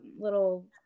little